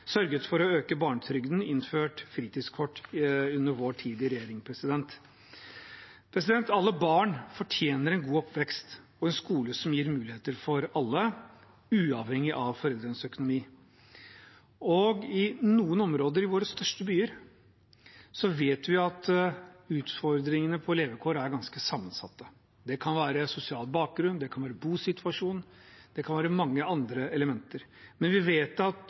Alle barn fortjener en god oppvekst og en skole som gir muligheter for alle uavhengig av foreldrenes økonomi. I noen områder i våre største byer vet vi at utfordringene med tanke på levekår er ganske sammensatte: Det kan være sosial bakgrunn, det kan være bosituasjonen, og det kan være mange andre elementer, men vi vet at